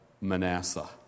Manasseh